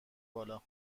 بالا